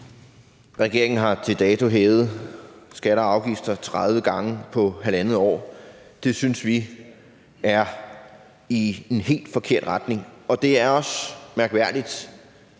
Regeringen har til dato hævet skatter og afgifter 30 gange på halvandet år. Det synes vi går i en helt forkert retning, og det er også mærkværdigt,